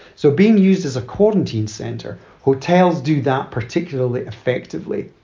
so being used as a quarantine center, hotels do that particularly effectively.